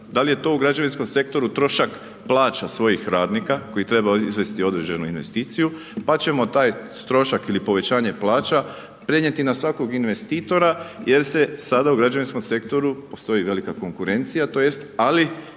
Da li je to u građevinskom sektoru trošak plaća svojih radnika koji treba izvesti određenu investiciju pa ćemo taj trošak ili povećanje plaća prenijeti na svakog investitora jer se sada u građevinskom sektoru, postoji velika konkurencija, tj. ali